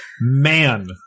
Man